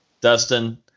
Dustin